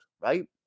right